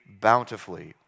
bountifully